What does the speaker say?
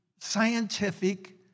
scientific